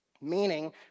Meaning